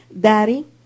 daddy